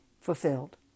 fulfilled